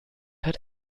hört